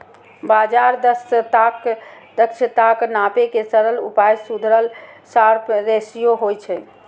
बाजार दक्षताक नापै के सरल उपाय सुधरल शार्प रेसियो होइ छै